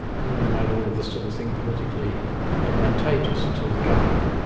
really made all of this sort of thing politically advantageous to the government,